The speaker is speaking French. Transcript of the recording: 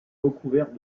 recouvert